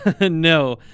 No